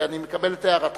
ואני מקבל את הערתך,